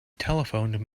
telephoned